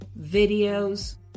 videos